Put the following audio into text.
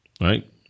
Right